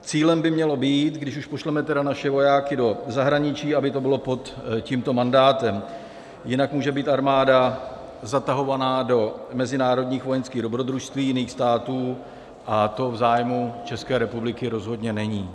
Cílem by mělo být, když už tedy pošleme naše vojáky do zahraničí, aby to bylo pod tímto mandátem, jinak může být armáda zatahovaná do mezinárodních vojenských dobrodružství jiných států a to v zájmu České republiky rozhodně není.